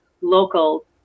local